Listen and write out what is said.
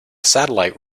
satellite